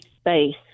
space